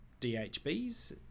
DHBs